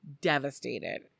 devastated